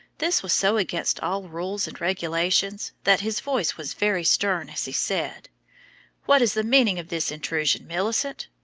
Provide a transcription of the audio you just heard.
this was so against all rules and regulations that his voice was very stern as he said what is the meaning of this intrusion, millicent?